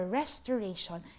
restoration